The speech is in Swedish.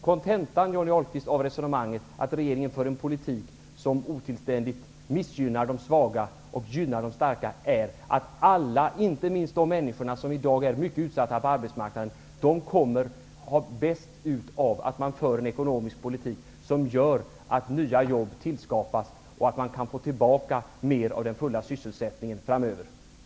Kontentan, Johnny Ahlqvist, av resonemanget att regeringen för en politik som otillständigt missgynnar de svaga och gynnar de starka är att alla, inte minst de människor som i dag är utsatta på arbetsmarknaden, kommer att ha bäst ut av att man för en ekonomisk politik som gör att nya jobb tillskapas och att vi igen får full sysselsättning framöver.